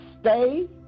stay